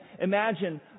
Imagine